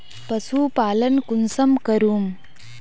पशुपालन कुंसम करूम?